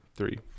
three